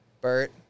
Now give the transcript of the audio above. Bert